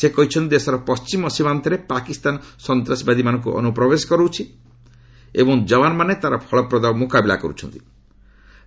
ସେ କହିଛନ୍ତି ଦେଶର ପଣ୍ଢିମ ସୀମାନ୍ତରେ ପାକିସ୍ତାନ ସନ୍ତାସବାଦୀମାନଙ୍କୁ ଅନୁପ୍ରବେଶ କରାଉଛି ଏବଂ ଜବାନମାନେ ତା'ର ଫଳପ୍ରଦ ମୁକାବିଲା କର୍ତ୍ତି